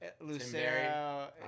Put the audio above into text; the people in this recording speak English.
Lucero